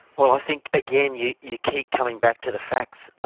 well, i think again you you keep coming back to the facts.